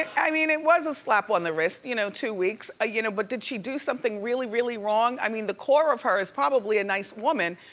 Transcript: i mean, it was a slap on wrist, you know two weeks. ah you know but, did she do something really, really wrong? i mean, the core of her is probably a nice woman,